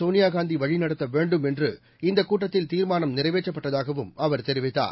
சோனியா காந்தி வழிநடத்த வேண்டும் என்று இந்தக் கூட்டத்தில் தீர்மானம் நிறைவேற்றப்பட்டதாகவும் அவர் தெரிவித்தார்